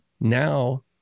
now